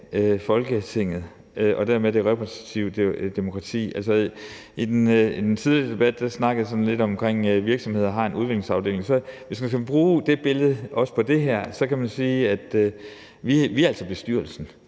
Folketinget og dermed det repræsentative demokrati. I den tidligere debat snakkede jeg lidt om virksomheder, der har en udviklingsafdeling, og hvis man skal bruge det billede også på det her, kan man sige, at vi altså er bestyrelsen,